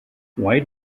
why